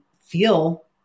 feel